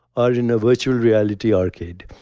are in a virtual reality arcade.